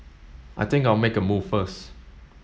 I think I'll make a move first